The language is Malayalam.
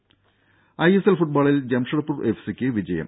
രുമ ഐഎസ്എൽ ഫുട്ബോളിൽ ജംഷഡ്പൂർ എഫ്സി ക്ക് വിജയം